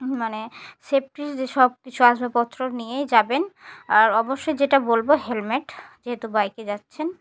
মানে সেফটির যে সব কিছু আসবাবপত্র নিয়েই যাবেন আর অবশ্যই যেটা বলব হেলমেট যেহেতু বাইকে যাচ্ছেন